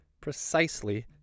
precisely